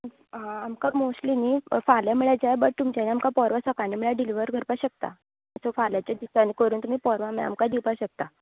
आमकां मोस्टली नी फाल्या म्हळ्यार जाय बट तुमच्यांनी आमकां परवां सकाळीं म्हळ्यार डिलीवर करपाक शकता अशें फाल्यांच्या दिसां भितर करून तुमीं परवां म्हळ्यार तुमी आमकां दिवपाक शकता